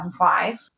2005